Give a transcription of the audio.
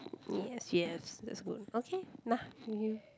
yes yes that's good okay nah give you